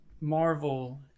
Marvel